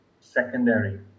secondary